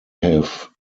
have